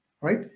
right